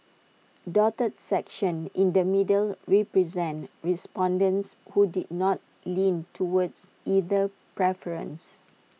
dotted sections in the middle represent respondents who did not lean towards either preference